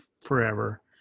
forever